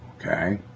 okay